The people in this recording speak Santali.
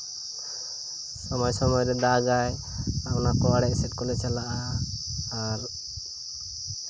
ᱥᱚᱢᱚᱭ ᱥᱚᱢᱚᱭ ᱨᱮ ᱫᱟᱜᱟᱭ ᱟᱨ ᱚᱱᱟᱠᱚ ᱟᱬᱮ ᱮᱥᱮᱫ ᱠᱚᱞᱮ ᱪᱟᱞᱟᱜᱼᱟ ᱟᱨ